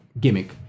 gimmick